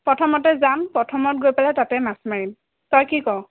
প্ৰথমতে যাম প্ৰথমত গৈ পেলাই তাতে মাছ মাৰিম তই কি কৱ